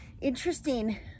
interesting